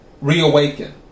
Reawaken